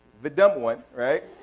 the dumb one, right?